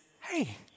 hey